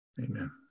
amen